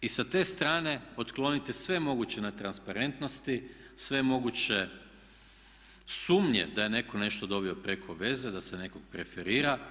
I sa te strane otklonite sve moguće na transparentnosti, sve moguće sumnje da je netko nešto dobio preko veze, da se nekog preferira.